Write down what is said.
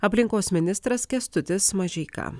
aplinkos ministras kęstutis mažeika